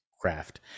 craft